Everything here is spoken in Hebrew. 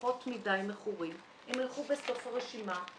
ילכו לסוף הרשימה,